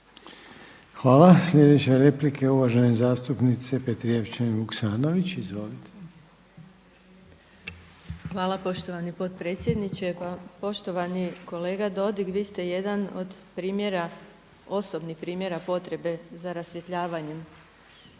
Hvala. Sljedeća replika je uvažene zastupnice Petrijevčanin Vuksanović, izvolite. **Petrijevčanin Vuksanović, Irena (HDZ)** Hvala poštovani potpredsjedniče. Poštovani kolega Dodig, vi ste jedan od primjera, osobnih primjera potrebe za rasvjetljavanjem